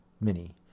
mini